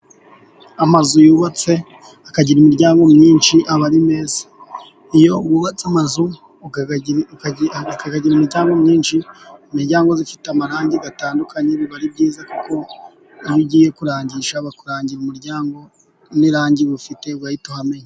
Amazu yubatse akagira imiryango myinshi, aba ari meza. Iyo wubatse amazu, ukayagira imiryango myinshi imiryango ifite amarangi atandukanye biba ari byiza . kuko iyo ugiye kurangisha bakurangira umuryango n'irangi ufite urahita uhamenya,